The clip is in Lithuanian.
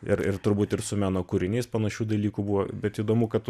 ir ir turbūt ir su meno kūriniais panašių dalykų buvo bet įdomu kad tu